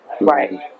right